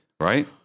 right